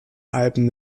alpen